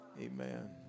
Amen